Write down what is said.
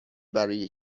برای